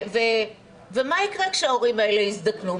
ומה יקרה כשההורים האלה יזדקנו?